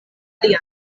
alian